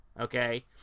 okay